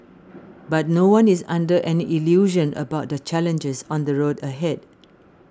but no one is under any illusion about the challenges on the road ahead